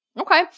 Okay